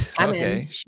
okay